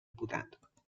بودند